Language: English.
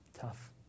Tough